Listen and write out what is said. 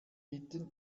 bitte